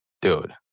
Dude